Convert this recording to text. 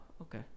okay